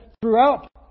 throughout